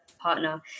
partner